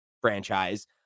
franchise